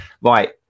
Right